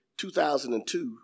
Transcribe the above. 2002